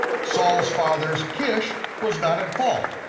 saul's father kish was not at fault.